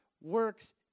works